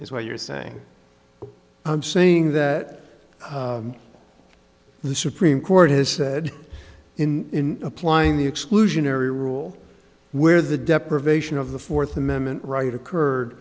is what you're saying but i'm saying that the supreme court has said in applying the exclusionary rule where the deprivation of the fourth amendment right occurred